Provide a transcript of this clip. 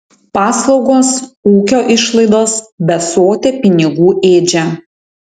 paslaugos ūkio išlaidos besotė pinigų ėdžia